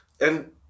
and-